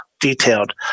detailed